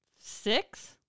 Six